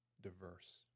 diverse